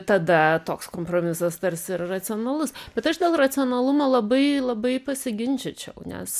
tada toks kompromisas tarsi ir racionalus bet aš dėl racionalumo labai labai pasiginčyčiau nes